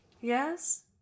Yes